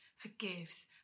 forgives